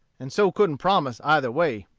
and so couldn't promise either way.